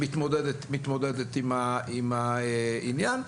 מתמודדת עם העניין.